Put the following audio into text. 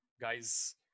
guys